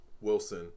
Wilson